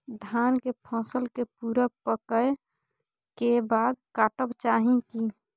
धान के फसल के पूरा पकै के बाद काटब चाही की?